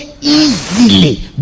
easily